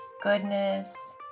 goodness